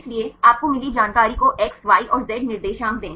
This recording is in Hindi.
इसलिए आपको मिली जानकारी को एक्स वाई और Z X Y and Z निर्देशांक दें